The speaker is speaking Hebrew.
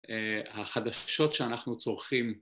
החדשות שאנחנו צורכים